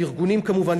הארגונים כמובן,